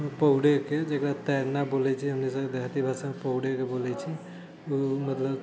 पौरैके जेकरा तैरना बोलैत छियै हमनी सभके देहाती भाषामे पौरैके बोलैत छी ओ मतलब